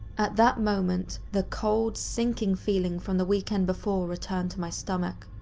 at that moment, the cold, sinking feeling from the weekend before returned to my stomach.